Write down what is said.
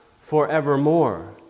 forevermore